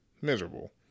miserable